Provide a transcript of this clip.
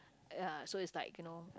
ya so it's like you know